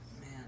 Man